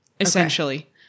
essentially